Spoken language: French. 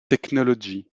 technology